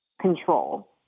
control